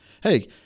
hey